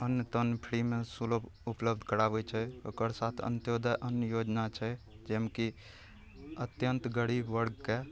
अन्न तन्न फ्रीमे सुलभ उपलब्ध कराबय छै ओकर साथ अंत्योदय अन्न योजना छै जाहिमे कि अत्यन्त गरीब वर्गके